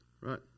Right